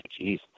Jeez